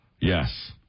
Yes